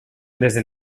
desde